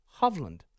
Hovland